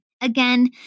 Again